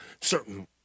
certain